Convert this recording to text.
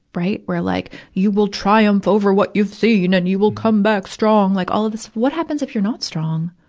right, where like you will triumph over what you've seen, and you will come back strong. like all of this what happens if you're not strong?